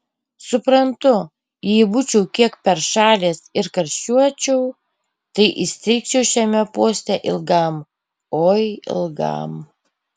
suprantu jei būčiau kiek peršalęs ir karščiuočiau tai įstrigčiau šiame poste ilgam oi ilgam